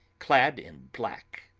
clad in black.